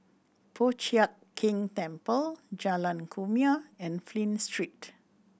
Po Chiak Keng Temple Jalan Kumia and Flint Street